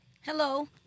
Hello